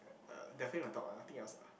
uh definitely my dog ah nothing else ah